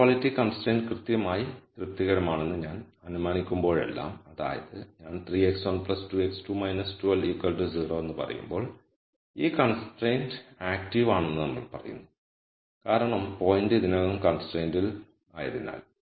ഒരു equality constraint കൃത്യമായി തൃപ്തികരമാണെന്ന് ഞാൻ അനുമാനിക്കുമ്പോഴെല്ലാം അതായത് ഞാൻ 3 x1 2 x2 12 0 എന്ന് പറയുമ്പോൾ ഈ കൺസ്ട്രൈൻറ് ആക്റ്റീവ് ആണെന്ന് നമ്മൾ പറയുന്നു കാരണം പോയിന്റ് ഇതിനകം കൺസ്ട്രൈന്റിൽ ആയതിനാൽ